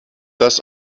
das